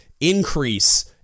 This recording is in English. increase